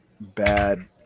bad